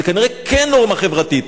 זו כנראה כן נורמה חברתית.